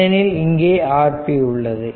ஏனெனில் இங்கே Rp உள்ளது